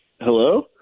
Hello